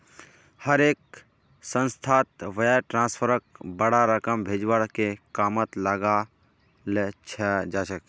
हर एक संस्थात वायर ट्रांस्फरक बडा रकम भेजवार के कामत लगाल जा छेक